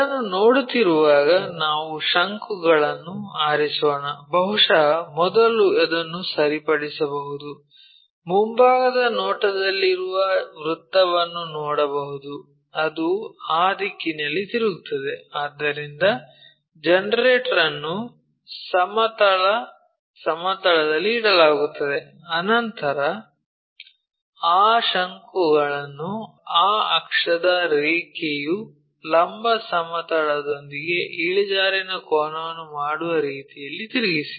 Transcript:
ಅದನ್ನು ನೋಡುತ್ತಿರುವಾಗ ನಾವು ಶಂಕುಗಳನ್ನು ಆರಿಸೋಣ ಬಹುಶಃ ಮೊದಲು ಅದನ್ನು ಸರಿಪಡಿಸಬಹುದು ಮುಂಭಾಗದ ನೋಟದಲ್ಲಿರುವ ವೃತ್ತವನ್ನು ನೋಡಬಹುದು ಅದು ಆ ದಿಕ್ಕಿನಲ್ಲಿ ತಿರುಗುತ್ತದೆ ಆದ್ದರಿಂದ ಜನರೇಟರ್ ಅನ್ನು ಸಮತಲ ಸಮತಲದಲ್ಲಿ ಇಡಲಾಗುತ್ತದೆ ನಂತರ ಆ ಶಂಕುಗಳನ್ನು ಆ ಅಕ್ಷದ ರೇಖೆಯು ಲಂಬ ಸಮತಲದೊಂದಿಗೆ ಇಳಿಜಾರಿನ ಕೋನವನ್ನು ಮಾಡುವ ರೀತಿಯಲ್ಲಿ ತಿರುಗಿಸಿ